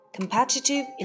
Competitive